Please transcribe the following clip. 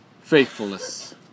faithfulness